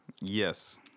Yes